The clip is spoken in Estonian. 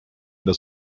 mida